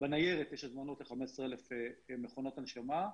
בניירת יש הזמנות ל-15,000 מכונות הנשמה,